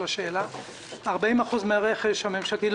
40% מן הרכש הממשלתי,